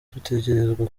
dutegerezwa